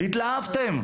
התלהבתם.